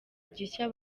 gishya